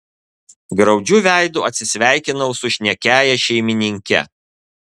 graudžiu veidu atsisveikinau su šnekiąja šeimininke